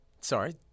sorry